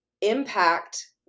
impact